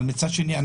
אבל מצד שני,